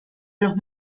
los